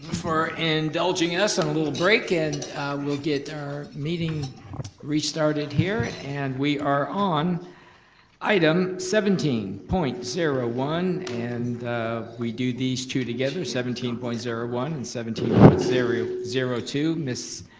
for indulging us on a little break and we'll get our meeting restarted here. and we are on item seventeen point zero one, and we do these two together. seventeen point zero one and seventeen point zero zero two, ms.